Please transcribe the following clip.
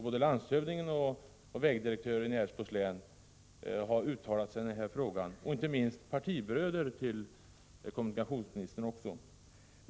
Både landshövdingen och vägdirektören i Älvsborgs län har uttalat sig i denna fråga, och det gäller inte minst också partibröder till kommunikationsministern.